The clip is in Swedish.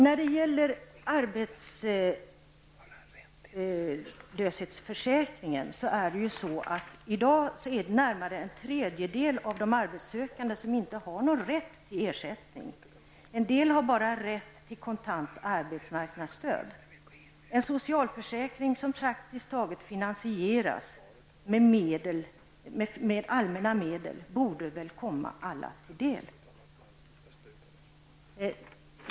När det gäller arbetslöshetsförsäkringen har närmare en tredjedel av de arbetssökande i dag inte någon rätt till ersättning. En del har bara rätt till kontant arbetsmarknadsstöd. En socialförsäkring som praktiskt taget helt finansieras med allmänna medel borde väl komma alla till del.